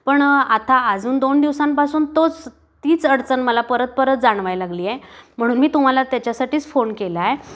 पण आता अजून दोन दिवसांपासून तोच तीच अडचण मला परत परत जाणवायला लागलीय म्हणून मी तुम्हाला त्याच्यासाठीच फोन केलाय